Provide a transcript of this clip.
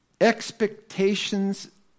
Expectations